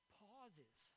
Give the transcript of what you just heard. pauses